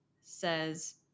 says